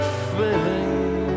feeling